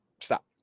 stop